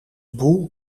boel